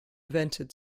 vented